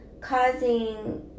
causing